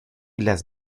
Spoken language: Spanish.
las